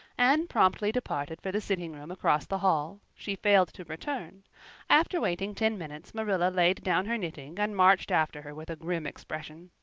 anne promptly departed for the sitting-room across the hall she failed to return after waiting ten minutes marilla laid down her knitting and marched after her with a grim expression.